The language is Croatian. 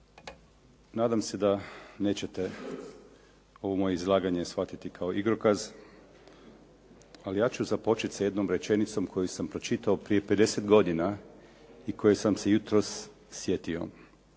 Nadam se da nećete ovo moje izlaganje shvatiti kao igrokaz ali ja ću započeti sa jednom rečenicom koju sam pročitao prije 50 godina i koje sam se jutros sjetio.